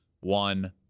one